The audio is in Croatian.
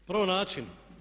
Prvo način.